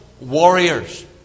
warriors